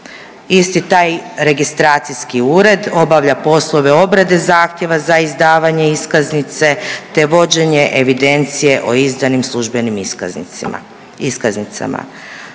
Isti taj registracijski ured obavlja poslove obrade zahtjeva za izdavanje iskaznice te vođenje evidencije o izdanim službenim iskaznicama.